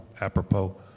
apropos